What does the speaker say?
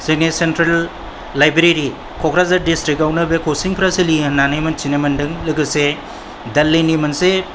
जोंनि central library Kokrajhar डिस्ट्रिक्टावनो बे कचिफ्रा सोलियो होननानै मोन्थिनो मोनदों लोगोसे दिल्लिनि मोनसे